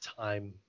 time